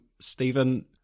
Stephen